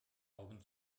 augen